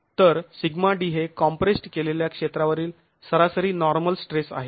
तर σd हे कॉम्प्रेस्ड् केलेल्या क्षेत्रावरील सरासरी नॉर्मल स्ट्रेस आहे